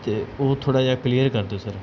ਅਤੇ ਉਹ ਥੋੜ੍ਹਾ ਜਿਹਾ ਕਲੀਅਰ ਕਰ ਦਿਓ ਸਰ